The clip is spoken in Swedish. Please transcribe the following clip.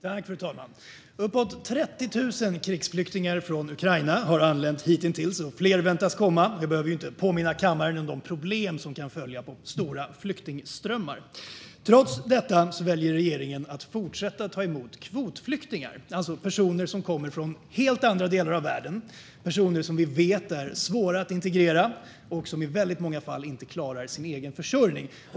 Fru talman! Uppemot 30 000 krigsflyktingar från Ukraina har anlänt hittills, och fler väntas komma. Jag behöver ju inte påminna kammaren om de problem som kan följa på stora flyktingströmmar. Trots detta väljer regeringen att fortsätta ta emot kvotflyktingar, alltså personer som kommer från helt andra delar av världen - personer som vi vet är svåra att integrera och som i väldigt många fall inte klarar sin egen försörjning.